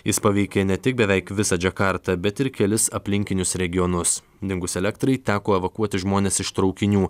jis paveikė ne tik beveik visą džakartą bet ir kelis aplinkinius regionus dingus elektrai teko evakuoti žmones iš traukinių